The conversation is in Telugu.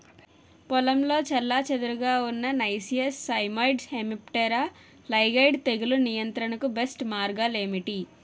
పొలంలో చెల్లాచెదురుగా ఉన్న నైసియస్ సైమోయిడ్స్ హెమిప్టెరా లైగేయిడే తెగులు నియంత్రణకు బెస్ట్ మార్గాలు ఏమిటి?